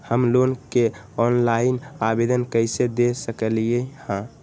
हम लोन के ऑनलाइन आवेदन कईसे दे सकलई ह?